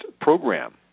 program